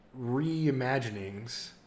reimaginings